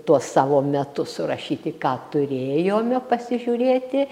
tuos savo metus surašyti ką turėjome pasižiūrėti